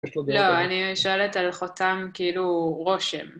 יש לו דעה טובה... לא, אני שואלת על חותם כאילו רושם.